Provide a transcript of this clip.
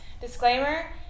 Disclaimer